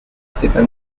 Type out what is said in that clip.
stefan